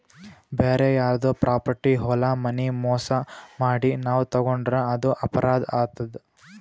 ಬ್ಯಾರೆ ಯಾರ್ದೋ ಪ್ರಾಪರ್ಟಿ ಹೊಲ ಮನಿ ಮೋಸ್ ಮಾಡಿ ನಾವ್ ತಗೋಂಡ್ರ್ ಅದು ಅಪರಾಧ್ ಆತದ್